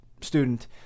student